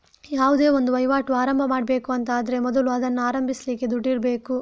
ಯಾವುದೇ ಒಂದು ವೈವಾಟು ಆರಂಭ ಮಾಡ್ಬೇಕು ಅಂತ ಆದ್ರೆ ಮೊದಲು ಅದನ್ನ ಆರಂಭಿಸ್ಲಿಕ್ಕೆ ದುಡ್ಡಿರ್ಬೇಕು